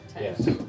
Yes